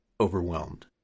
overwhelmed